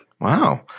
Wow